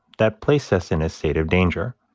that placed us in a state of danger,